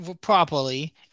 properly